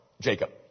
Jacob